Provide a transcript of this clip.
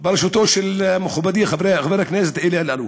בראשותו של מכובדי חבר הכנסת אלי אלאלוף.